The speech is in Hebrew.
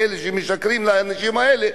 מאלה שמשקרים לאנשים האלה,